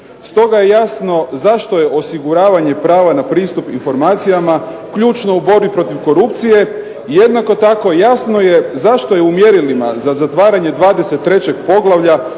Stoga je jasno zašto je osiguravanje prava na pristup informacijama ključno u borbi protiv korupcije. Jednako tako jasno je zašto je u mjerilima za zatvaranje 23. poglavlja